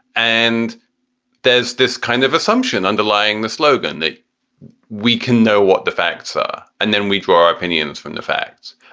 and there's this kind of assumption underlying the slogan that we can know what the facts are and then we draw our opinions from the facts.